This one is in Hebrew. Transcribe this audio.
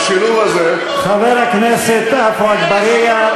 השילוב הזה, חבר הכנסת עפו אגבאריה,